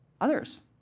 others